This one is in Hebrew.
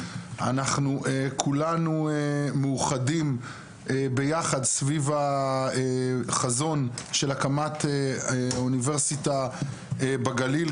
אנחנו כולנו מאוחדים ביחד סביב החזון של הקמת אוניברסיטה בגליל,